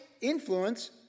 influence